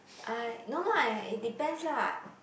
I no lah it depends lah